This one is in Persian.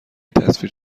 تصویر